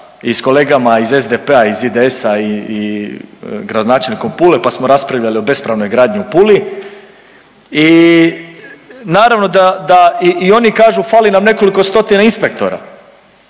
i s kolegama iz SDP-a, iz IDS-a i gradonačelnikom Pule pa smo raspravljali o bespravnoj gradnji u Puli i naravno da, da i oni kažu fali nam nekoliko stotina inspektora